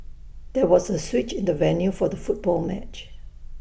there was A switch in the venue for the football match